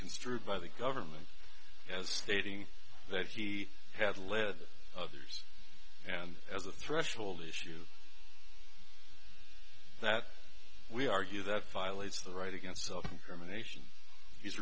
construed by the government as stating that he had led others and as a threshold issue that we argue that violates the right again